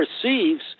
perceives